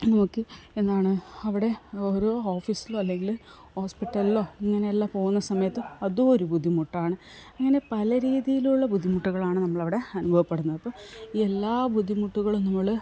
നോക്കൂ എന്താണ് അവിടെ ഓരോ ഓഫീസിലും അല്ലെങ്കില് ഹോസ്പിറ്റലിലോ അങ്ങനെ എല്ലാം പോകുന്ന സമയത്ത് അതും ഒരു ബുദ്ധിമുട്ടാണ് അങ്ങനെ പല രീതിയിലുള്ള ബുദ്ധിമുട്ടുകളാണ് നമ്മളവിടെ അനുഭവപ്പെടുന്നത് അപ്പോള് എല്ലാ ബുദ്ധിമുട്ടുകളും നമ്മള്